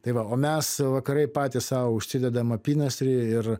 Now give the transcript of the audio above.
tai va o mes vakarai patys sau užsidedam apynasrį ir